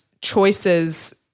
choices